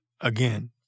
Again